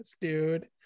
dude